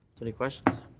any questions?